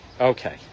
Okay